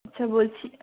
আচ্ছা বলছি